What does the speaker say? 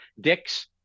dicks